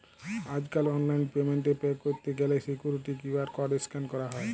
আজ কাল online payment এ পে ক্যরত গ্যালে সিকুইরিটি কিউ.আর কড স্ক্যান ক্যরা হ্য়